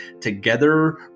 together